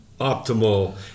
optimal